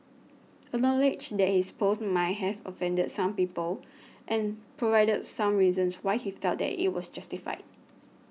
acknowledge that his post might have offended some people and provided some reasons why he felt that it was justified